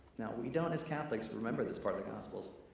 now, we don't as catholics, remember this part of the gospels,